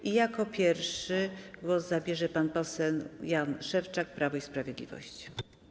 I jako pierwszy głos zabierze pan poseł Jan Szewczak, Prawo i Sprawiedliwość.